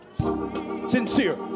Sincere